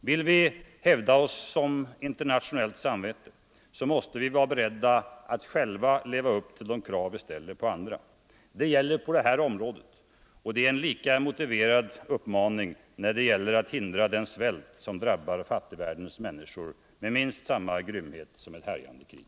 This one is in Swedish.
Vill vi hävda oss som internationellt samvete måste vi vara beredda att själva leva upp till de krav vi ställer på andra. Det gäller på det här området, och det är en lika motiverad uppmaning när det gäller att hindra den svält som drabbar fattigvärldens människor med samma grymhet som ett härjande krig.